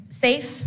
safe